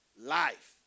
Life